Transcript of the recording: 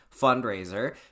fundraiser